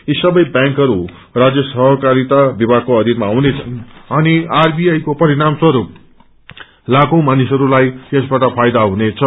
यी सबै व्यांकहरू राज्य सहकारिता विभागको अयीनमा हुनेछन् अनि आरबीआई को परिणाम स्वस्प लाखै मानिसहस्लाई यसबाट फाइदा हुनेछ